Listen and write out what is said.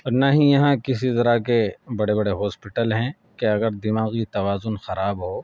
نہ ہی یہاں کسی طرح کے بڑے بڑے ہوسپٹل ہیں کہ اگر دماغی توازن خراب ہو